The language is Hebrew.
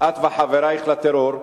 את וחברייך לטרור,